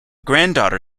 granddaughter